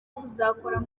kuzakora